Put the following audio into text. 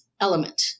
element